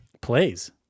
plays